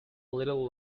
little